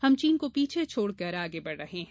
हम चीन को पीछे छोड़कर आगे बढ़ रहे हैं